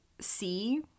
see